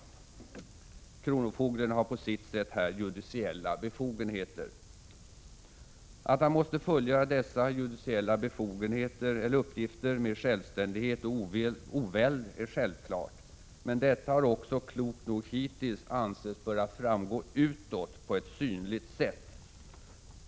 Kronofogden har på sitt sätt här judiciella befogenheter. Att han måste fullgöra dessa judiciella uppgifter med självständighet och oväld är självklart — men det har också, klokt nog, hittills ansetts böra framgå utåt på ett synligt sätt.